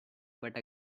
but